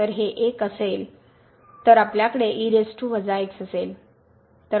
तर हे 1 असेल तर आपल्याकडे असेल